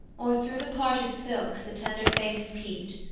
or through the parted silks the tender face peeped,